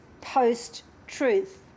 post-truth